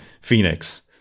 Phoenix